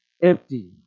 empty